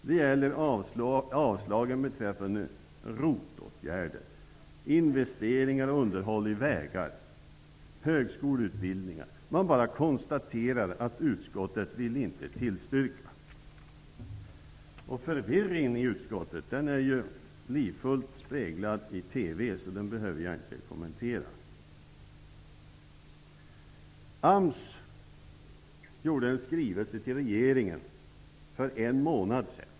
Det gäller ROT-åtgärder, investeringar och underhåll i vägar och högskoleutbildningen. Man bara konstaterar att utskottet inte vill tillstyrka. Förvirringen i utskottet är livfullt speglad i TV. Den behöver jag därför inte kommentera. AMS gjorde en skrivelse till regeringen för en månad sedan.